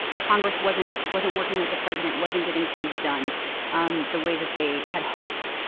ah congress wasn't wasn't working with the president, wasn't getting things done um the way that they had hoped,